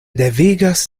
devigas